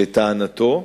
לטענתו.